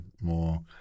more